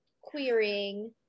querying